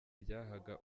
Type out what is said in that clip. ryahaga